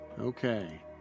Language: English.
Okay